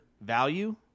value